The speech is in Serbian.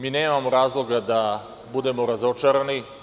Mi nemamo razloga da budemo razočarani.